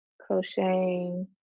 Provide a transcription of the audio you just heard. crocheting